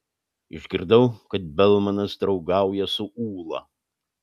išgirdau kad belmanas draugauja su ūla